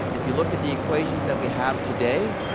if you look at the equations that we have today,